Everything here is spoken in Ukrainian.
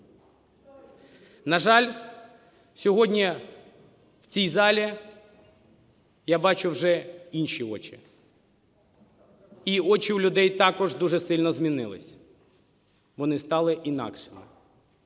На жаль, сьогодні в цій залі я бачу вже інші очі і очі у людей також дуже сильно змінились – вони стали інакшими.